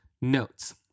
notes